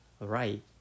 right